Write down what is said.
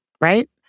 Right